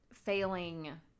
failing